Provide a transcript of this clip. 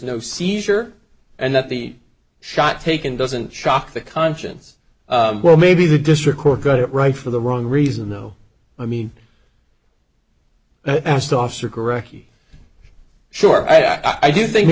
no seizure and that the shot taken doesn't shock the conscience well maybe the district court got it right for the wrong reason though i mean i asked the officer directly sure i do think th